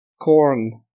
corn